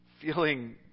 feeling